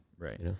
Right